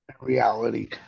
reality